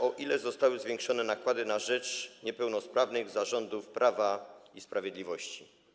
O ile zostały zwiększone nakłady na rzecz niepełnosprawnych za rządów Prawa i Sprawiedliwości?